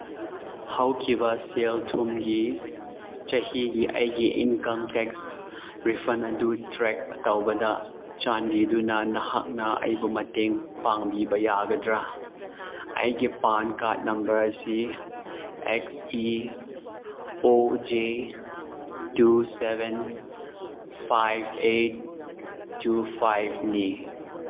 ꯍꯧꯈꯤꯕ ꯁꯦꯜ ꯊꯨꯝꯒꯤ ꯆꯍꯤꯒꯤ ꯑꯩꯒꯤ ꯏꯟꯀꯝ ꯇꯦꯛꯁ ꯔꯤꯐꯟ ꯑꯗꯨ ꯇ꯭ꯔꯦꯛ ꯇꯧꯕꯗ ꯆꯥꯟꯕꯤꯗꯨꯅ ꯅꯍꯥꯛꯅ ꯑꯩꯕꯨ ꯃꯇꯦꯡ ꯄꯥꯡꯕꯤꯕ ꯌꯥꯒꯗ꯭ꯔꯥ ꯑꯩꯒꯤ ꯄꯥꯟ ꯀꯥꯔꯠ ꯅꯝꯕꯔ ꯑꯁꯤ X E O J two seven five eight two ꯐꯥꯏꯚꯅꯤ